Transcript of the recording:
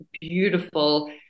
beautiful